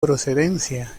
procedencia